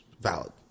valid